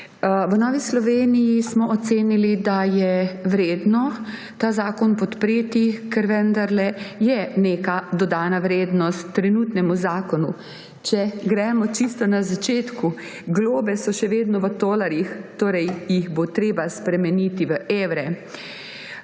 V Novi Sloveniji smo ocenili, da je vredno ta zakon podpreti, ker je vendarle neka dodana vrednost trenutnemu zakonu. Če gremo čisto na začetek – globe so še vedno v tolarjih, torej jih bo treba spremeniti v evre.